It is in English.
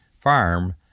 farm